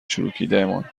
چروکیدهمان